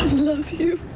love you.